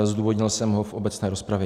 Zdůvodnil jsem ho v obecné rozpravě.